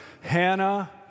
Hannah